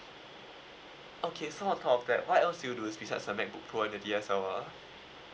okay so on top of that what else do you lost besides a macbook pro and a D_S_L_R